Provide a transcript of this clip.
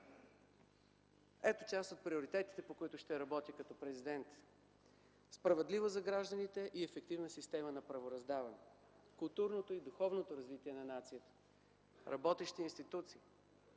Ето част от приоритетите, по които ще работя като Президент: - Справедлива за гражданите и ефективна система на правораздаване. - Културното и духовното развитие на нацията. - Работещи институции.